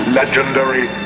legendary